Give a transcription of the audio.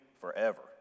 forever